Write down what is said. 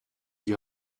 die